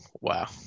wow